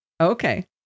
Okay